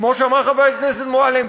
כמו שאמרה חברת הכנסת מועלם.